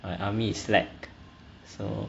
my army slack so